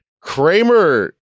Kramer